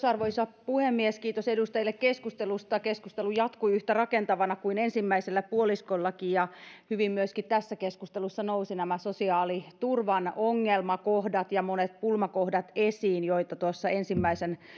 arvoisa puhemies kiitos edustajille keskustelusta keskustelu jatkui yhtä rakentavana kuin ensimmäiselläkin puoliskolla ja hyvin myöskin tässä keskustelussa nousivat nämä sosiaaliturvan ongelmakohdat ja monet pulmakohdat esiin joita tuossa ensimmäisenkin